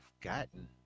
gotten